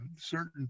certain